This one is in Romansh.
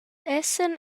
essan